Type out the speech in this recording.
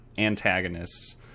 antagonists